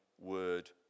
word